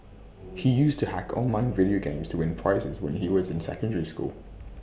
he used to hack online video games to win prizes when he was in secondary school